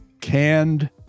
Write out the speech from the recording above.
canned